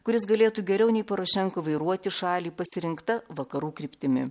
kuris galėtų geriau nei porošenka vairuoti šalį pasirinkta vakarų kryptimi